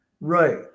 Right